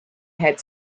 had